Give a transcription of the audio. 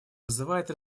вызывает